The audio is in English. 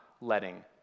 letting